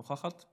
היא נוכחת?